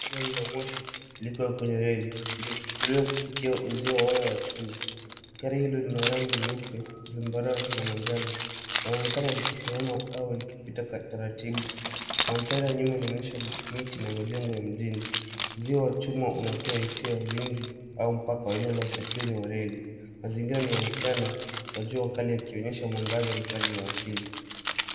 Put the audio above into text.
Gari la moshi liko kwenye reli limechukuliwa kupitia uzio wa waya wa chuma. Gari hilo lina rangi nyeupe, zambarau na manjano na linaonekana likisimama au likipita kwa taratibu. Mandhari ya nyuma inaonyesha miti na majengo ya mjini. Uzio wa chuma unatoa hisia ya ulinzi au mpaka wa eneo la usafiri wa reli. Mazingira ni ya mchana wa jua kali yakionyesha mwangaza mkali wa asili.